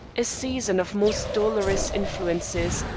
a season of most dolorous influences,